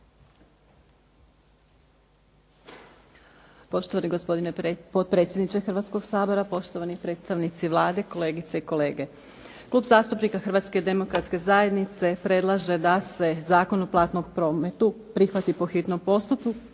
Poštovani gospodine potpredsjedniče Hrvatskoga sabora, poštovani predstavnici Vlade, kolegice i kolege. Klub zastupnika Hrvatske demokratske zajednice predlaže da se Zakon o platnom prometu prihvati po hitnom postupku